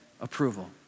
approval